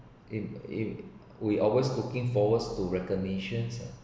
in in we always looking forward to recognition ah